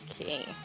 Okay